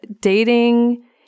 dating